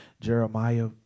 Jeremiah